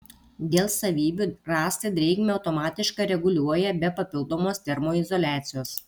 dėl savybių rąstai drėgmę automatiškai reguliuoja be papildomos termoizoliacijos